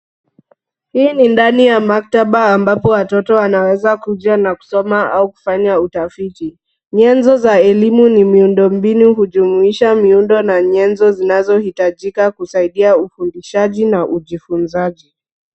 Hii ni ndani ya maktaba ambapo watoto wanaweza kuja na kusoma au kufanya utafiti. Nyenzo za elimu ni miundombinu hujumuisha miundo na nyenzo zinazohitajika kusaidia ufundishaji na ujifunzaji.